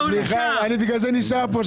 אני בגלל זה נשאר פה,